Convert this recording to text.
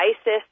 ISIS